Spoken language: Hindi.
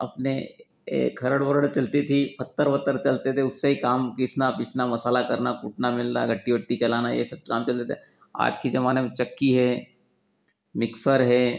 अपने ये खरड़ वरड़ चलती थी पत्थर वत्थर चलते थे उससे ही काम घिसना पीसना मसाला करना कूटना मिलना गट्टी ओट्टी चलाना ये सब काम चलते थे आज के जमाने में चक्की है मिक्सर है